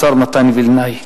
השר מתן וילנאי.